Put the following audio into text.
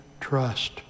trust